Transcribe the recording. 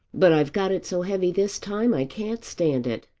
but i've got it so heavy this time i can't stand it.